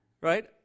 Right